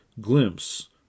glimpse